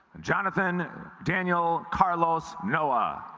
jonathan daniel carlos noah